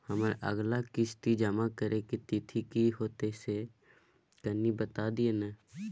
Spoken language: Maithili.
हमर अगला किस्ती जमा करबा के तिथि की होतै से कनी बता दिय न?